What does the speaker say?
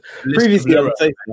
previously